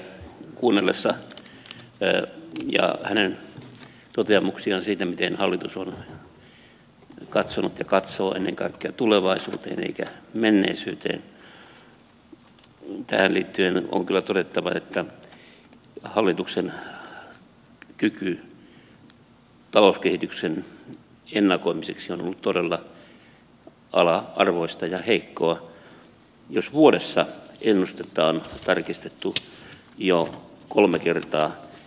kuunnellessa pääministeriä ja hänen toteamuksiaan siitä miten hallitus on katsonut ja katsoo ennen kaikkea tulevaisuuteen eikä menneisyyteen on tähän liittyen kyllä todettava että hallituksen kyky talouskehityksen ennakoimiseksi on ollut todella ala arvoista ja heikkoa jos vuodessa ennusteita on tarkistettu jo kolme kertaa